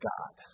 God